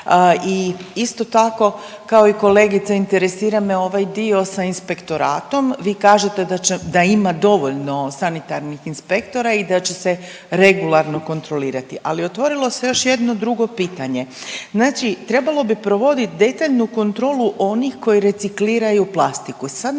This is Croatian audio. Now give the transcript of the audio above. i isto tako i kolegica interesira me ovaj dio sa inspektoratom. Vi kažete da će, da ima dovoljno sanitarnih inspektora i da će se regularno kontrolirati. Ali otvorilo se još jedno drugo pitanje. Znači trebalo bi provodit detaljnu kontrolu onih koji recikliraju plastiku.